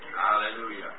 Hallelujah